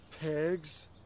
pegs